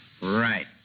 Right